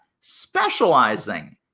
specializing